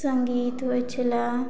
संगीत वला